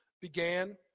began